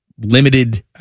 limited